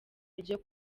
ryo